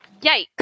Yikes